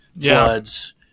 floods